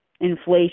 inflation